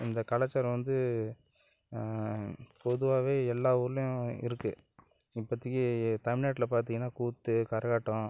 இந்த கலாச்சாரம் வந்து பொதுவாகவே எல்லா ஊர்லையும் இருக்குது இப்போதிக்கி தமிழ்நாட்டில் பார்த்திங்கனா கூத்து கரகாட்டம்